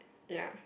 ya